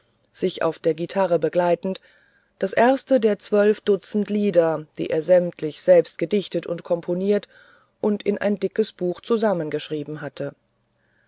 sich auf der guitarre begleitend das erste der zwölf dutzend lieder die er sämtlich selbst gedichtet und komponiert und in ein dickes buch zusammengeschrieben hatte